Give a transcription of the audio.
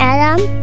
Adam